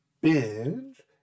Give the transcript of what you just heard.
binge